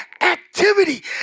activity